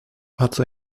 atzo